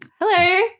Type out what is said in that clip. hello